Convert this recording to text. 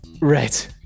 Right